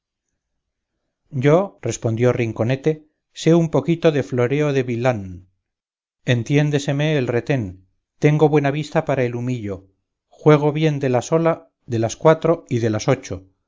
yo respondió rinconete sé un poquito de floreo de vilhán entiéndeseme el retén tengo buena vista para el humillo juego bien de la sola de las cuatro y de las ocho